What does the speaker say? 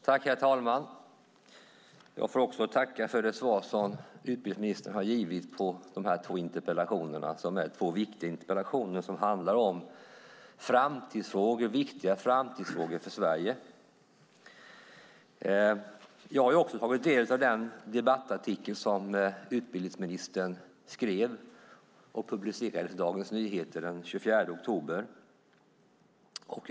Herr talman! Jag får också tacka för det svar som utbildningsministern har givit på de här två interpellationerna. Det är två viktiga interpellationer som handlar om viktiga framtidsfrågor för Sverige. Jag har också tagit del av den debattartikel som utbildningsministern skrev och som publicerades i Dagens Nyheter den 24 oktober.